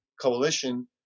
coalition